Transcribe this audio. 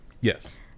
Yes